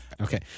Okay